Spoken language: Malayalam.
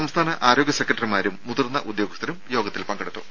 സംസ്ഥാന ആരോഗ്യ സെക്രട്ടറിമാരും മുതിർന്ന ഉദ്യോഗസ്ഥരും യോഗത്തിൽ പങ്കെടുത്തു